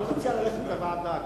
אני מציע ללכת לוועדה.